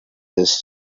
his